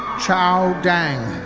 chao dang.